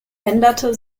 änderte